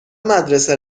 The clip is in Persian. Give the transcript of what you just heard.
مدرسه